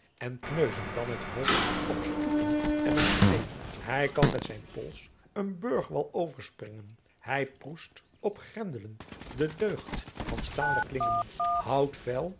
en kneuzen dan het hooft op stoepen en op steen hy kan met zijnen pols een burgwal overspringen hy proest op grendelen de deugd van staele klingen hout